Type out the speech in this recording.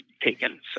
taken